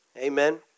Amen